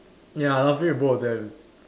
ya laughing at both of them